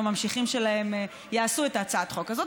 הממשיכים שלהם יעשו את הצעת החוק הזאת,